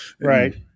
Right